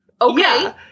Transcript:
Okay